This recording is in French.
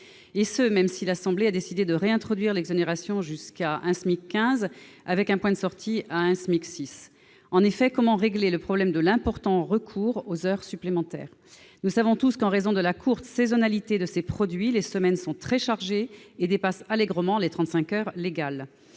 et ce même si l'Assemblée nationale a décidé de réintroduire l'exonération jusqu'à 1,15 SMIC avec un point de sortie à 1,6 SMIC. Comment, en effet, régler le problème de l'important recours aux heures supplémentaires ? Nous savons tous qu'en raison de la courte saisonnalité de ces produits les semaines sont très chargées et dépassent allègrement les trente-cinq heures légales.